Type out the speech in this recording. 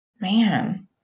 Man